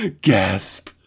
Gasp